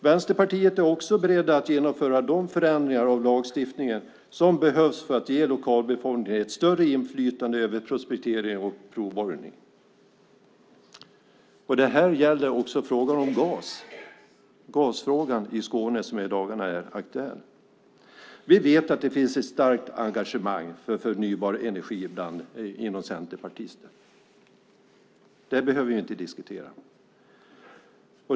Vänsterpartiet är också berett att genomföra de förändringar av lagstiftningen som behövs för att ge lokalbefolkningen större inflytande över prospektering och provborrning. Det gäller också gasfrågan i Skåne som är aktuell i dagarna. Vi vet att det finns ett starkt engagemang för förnybar energi inom Centerpartiet. Det behöver vi inte diskutera.